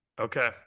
okay